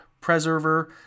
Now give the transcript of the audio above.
Preserver